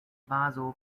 bazo